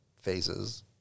phases